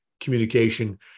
communication